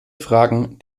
fragen